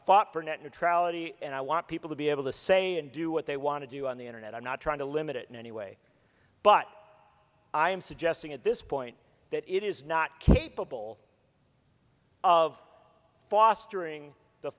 fought for net neutrality and i want people to be able to say and do what they want to do on the internet i'm not trying to limit it in any way but i am suggesting at this point that it is not capable of fostering the